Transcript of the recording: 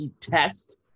test